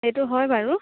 সেইটো হয় বাৰু